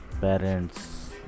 parents